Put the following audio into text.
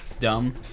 dumb